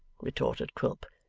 retorted quilp.